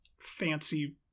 fancy